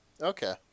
Okay